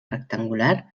rectangular